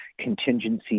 contingency